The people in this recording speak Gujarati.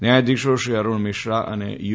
ન્યાયાધીશો શ્રી અરૂણ મિશ્રા અને શ્રી યુ